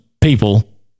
people